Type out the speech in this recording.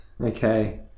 Okay